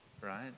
right